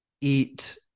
eat